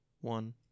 one